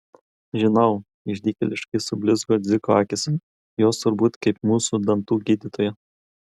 žinau išdykėliškai sublizgo dziko akys jos turbūt kaip mūsų dantų gydytoja